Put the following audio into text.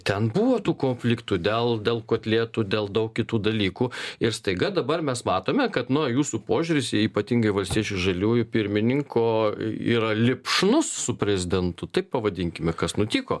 ten buvo tų konfliktų dėl dėl kotletų dėl daug kitų dalykų ir staiga dabar mes matome kad nu jūsų požiūris į ypatingai valstiečių žaliųjų pirmininko yra lipšnus su prezidentu taip pavadinkime kas nutiko